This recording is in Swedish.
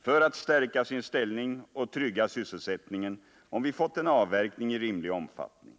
för att stärka sin ställning och trygga sysselsättningen, om vi fått en avverkning i rimlig omfattning.